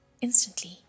Instantly